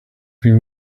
been